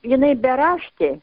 jinai beraštė